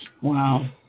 Wow